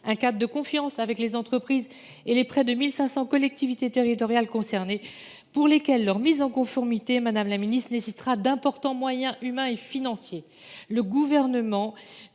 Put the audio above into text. un cadre de confiance avec les entreprises et les près de 1 500 collectivités territoriales concernées ; pour ces dernières, la mise en conformité nécessitera d’importants moyens humains et financiers. Le Gouvernement